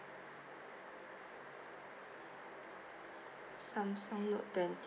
samsung note twenty